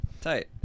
Tight